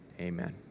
Amen